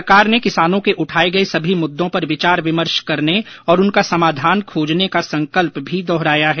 सरकार ने किसानों के उठाये गये सभी मुद्दों पर विचार विमर्श करने और उनका समाधान खोजने का संकल्प भी दोहराया है